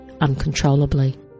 uncontrollably